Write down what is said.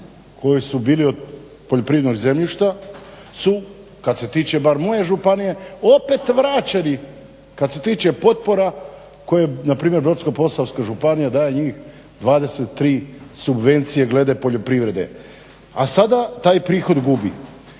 koji su bili od poljoprivrednog zemljišta su kad se tiče bar moje županije opet vraćeni kad se tiče potpora koje npr. Brodsko-posavska županija daje njih 23 subvencije glede poljoprivrede. A sada taj prihod gubi.